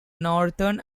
northern